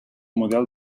model